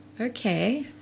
Okay